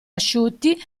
asciutti